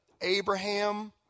Abraham